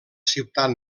ciutat